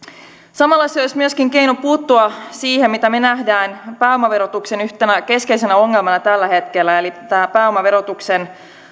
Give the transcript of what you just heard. samalla se olisi myöskin keino puuttua siihen minkä me näemme pääomaverotuksen yhtenä keskeisenä ongelmana tällä hetkellä eli tähän pääomaverotuksen